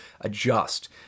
adjust